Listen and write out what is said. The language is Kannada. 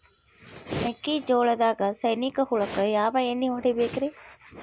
ಮೆಕ್ಕಿಜೋಳದಾಗ ಸೈನಿಕ ಹುಳಕ್ಕ ಯಾವ ಎಣ್ಣಿ ಹೊಡಿಬೇಕ್ರೇ?